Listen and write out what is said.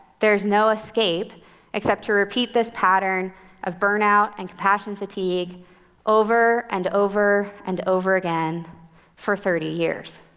there's no escape except to repeat this pattern of burnout and compassion fatigue over and over and over again for thirty years.